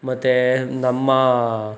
ಮತ್ತೆ ನಮ್ಮ